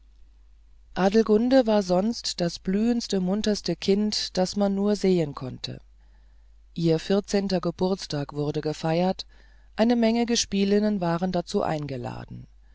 adelgunde war sonst das blühendste munterste kind das man nur sehen konnte ihr vierzehnter geburtstag wurde gefeiert eine menge gespielinnen waren dazu eingeladen